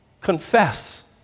Confess